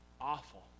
Awful